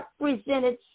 represented